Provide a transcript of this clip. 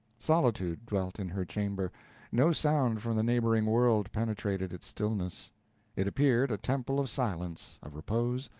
solitude dwelt in her chamber no sound from the neighboring world penetrated its stillness it appeared a temple of silence, of repose,